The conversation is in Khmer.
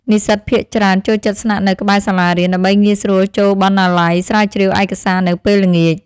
និស្សិតភាគច្រើនចូលចិត្តស្នាក់នៅក្បែរសាលារៀនដើម្បីងាយស្រួលចូលបណ្ណាល័យស្រាវជ្រាវឯកសារនៅពេលល្ងាច។